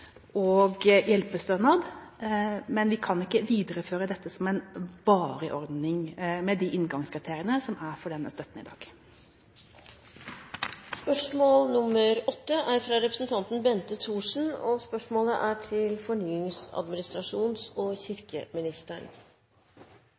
og hjelpestønad – men vi kan ikke videreføre dette som en varig ordning med de inngangskriteriene som er for denne støtten i dag. Jeg tillater meg å stille følgende spørsmål til fornyings-, administrasjons- og